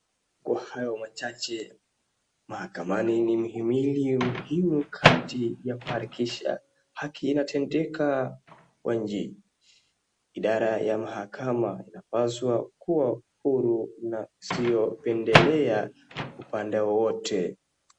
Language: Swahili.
Kwa hao machache mahakamani inihimili muhimu kati ya kuhakikisha haki ya tendeka kwa wengi. Idara ya mahakama inapaswa kuwa huru na siyo pendelea upande wowote.